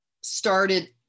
started